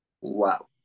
Wow